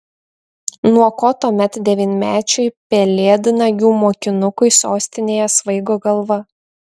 nuo ko tuomet devynmečiui pelėdnagių mokinukui sostinėje svaigo galva